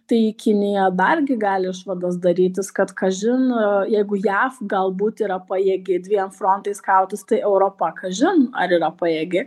tai kinija dargi gali išvadas darytis kad kas žino jeigu jav galbūt yra pajėgi dviem frontais kautis tai europa kažin ar yra pajėgi